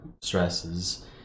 stresses